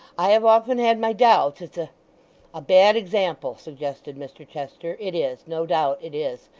i have often had my doubts. it's a a bad example suggested mr chester. it is. no doubt it is.